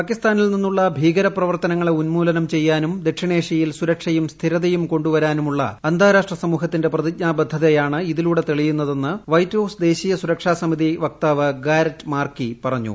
പാകിസ്ഥാനിൽ നിന്നുള്ള ഭീകരപ്രവർത്തനങ്ങളെ ഉന്മൂലനം ചെയ്യാനും ദക്ഷിണേഷ്യയിൽ സുരക്ഷയും സ്ഥിരതയും കൊ ുവരാനുളള അന്താരാഷ്ട്ര സമൂഹത്തിന്റ് പ്രതിജ്ഞാബദ്ധതയുമാണ് ഇതിലുടെ തെളിയുന്നതെന്ന് വൈറ്റ് ഹൌസ് ദേശീയ സുരക്ഷാ സമിതി വക്താവ് ഗാരറ്റ് മാർകി പറഞ്ഞു